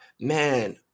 man